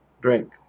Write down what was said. drink